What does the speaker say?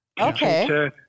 Okay